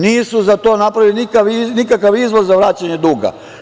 Nisu napravili nikakav izvoz za vraćanje duga.